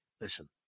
listen